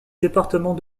département